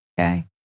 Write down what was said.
Okay